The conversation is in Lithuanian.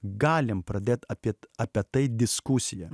galim pradėt apie apie tai diskusiją